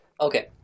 Okay